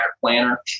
planner